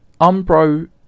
Umbro